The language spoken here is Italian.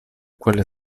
quelle